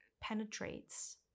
penetrates